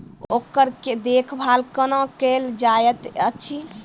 ओकर देखभाल कुना केल जायत अछि?